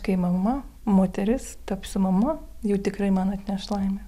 kai mama moteris tapsiu mama jau tikrai man atneš laimę